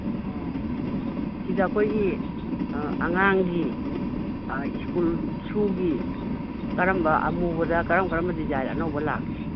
ꯑꯣ ꯁꯤꯗ ꯑꯩꯈꯣꯏꯒꯤ ꯑꯉꯥꯡꯒꯤ ꯁ꯭ꯀꯨꯜ ꯁꯨꯒꯤ ꯀꯔꯝꯕ ꯑꯃꯨꯕꯗ ꯀꯔꯝ ꯀꯔꯝꯕ ꯗꯤꯖꯥꯏꯟ ꯑꯅꯧꯕ ꯂꯥꯛꯀꯦ